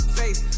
face